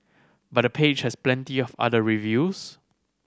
but the page has plenty of other reviews